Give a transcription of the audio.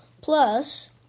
plus